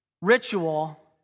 ritual